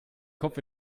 kopf